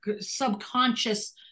Subconscious